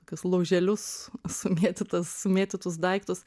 tokius lauželius sumėtytas mėtytus daiktus